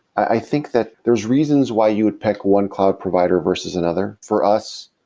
i think that there's reasons why you would pick one cloud provider versus another. for us,